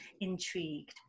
intrigued